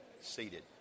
seated